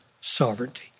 sovereignty